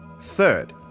Third